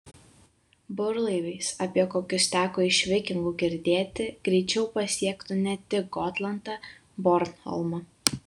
burlaiviais apie kokius teko iš vikingų girdėti greičiau pasiektų ne tik gotlandą bornholmą